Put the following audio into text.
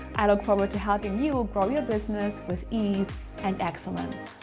i look forward to helping you ah grow your business with ease and excellent.